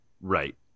Right